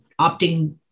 opting